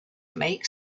makes